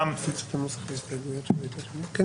וגם